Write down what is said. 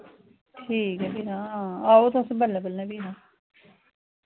ठीक ऐ फ्ही तां आओ तुस बल्लें बल्लें फ्ही तां